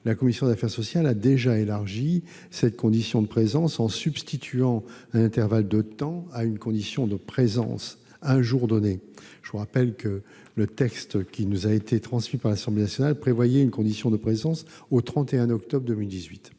la commission des affaires sociales a déjà élargi cette condition de présence, en substituant un intervalle de temps à une condition de présence un jour donné. Je le rappelle, le texte qui nous a été transmis par l'Assemblée nationale prévoyait une condition de présence au 31 octobre 2018.